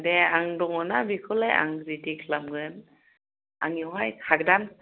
दे आं दङ ना बेखौलाय आं रेडी खालामगोन आंनिआवहाय खागोदान